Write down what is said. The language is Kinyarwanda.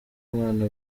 n’umwana